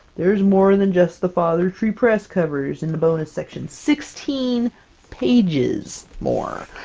there's more than just the father tree press covers in the bonus section. sixteen pages more!